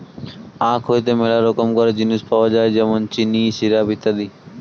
আখ হইতে মেলা রকমকার জিনিস পাওয় যায় যেমন চিনি, সিরাপ, ইত্যাদি